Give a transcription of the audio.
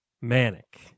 Manic